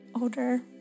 older